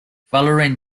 following